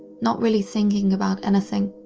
not really thinking about anything,